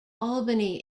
albany